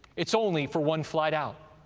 it's only for one flight out,